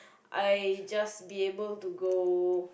I just be able to go